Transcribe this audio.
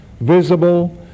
visible